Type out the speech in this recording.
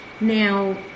Now